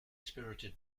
spirited